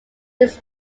its